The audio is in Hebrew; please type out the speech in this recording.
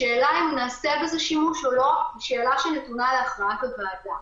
השאלה אם נעשה בזה שימוש או לא היא שאלה שנתונה להכרעת הוועדה.